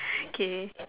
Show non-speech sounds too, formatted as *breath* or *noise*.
*breath* K